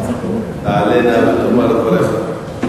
תעלה נא ותאמר את דבריך.